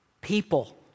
People